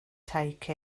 take